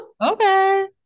okay